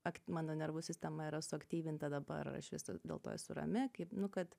ak mano nervų sistema yra suaktyvinta dabar aš vis dėlto esu rami kaip nu kad